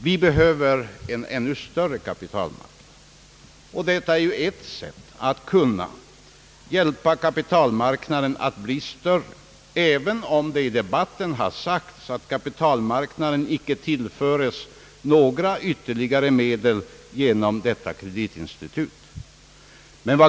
Vi behöver en ännu större kapitalmarknad, och detta är ett sätt att hjälpa kapitalmarknaden att bli större, även om det i debatten har sagts, att kapitalmarknaden icke tillföres några ytterligare medel genom detta kreditinstitut.